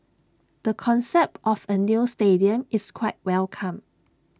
the concept of A new stadium is quite welcome